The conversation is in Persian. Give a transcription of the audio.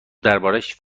دربارش